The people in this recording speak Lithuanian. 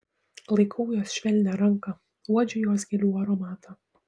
laikau jos švelnią ranką uodžiu jos gėlių aromatą